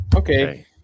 Okay